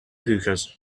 hookahs